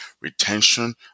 retention